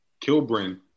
Kilbrin